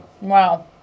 Wow